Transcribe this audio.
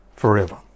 Forever